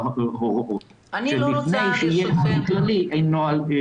ההוראות כי לפני שיהיה נוהל כללי אין נוהל פרטני.